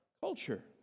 culture